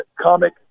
comic